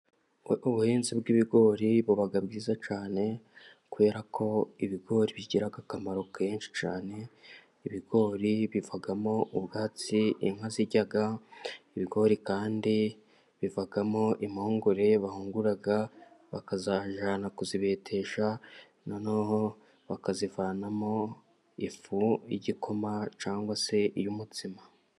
Ubuhinzi bw'ibigori buba bwiza cyane kubera ko ibigori bigira akamaro kenshi cyane: ibigori bivamo ubwatsi inka zijya, ibigori kandi bivagamo impungure bahungura bakazijyana kuzibetesha noneho bakazivanamo ifu y'igikoma cyangwa se iy'umutsima.